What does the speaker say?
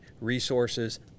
resources